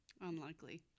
Unlikely